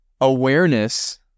Awareness